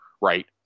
Right